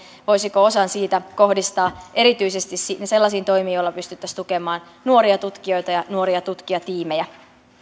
voisiko osan siitä kohdistaa erityisesti sellaisiin toimiin joilla pystyttäisin tukemaan nuoria tutkijoita ja nuoria tutkijatiimejä